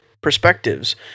perspectives